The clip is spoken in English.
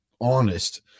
honest